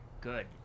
good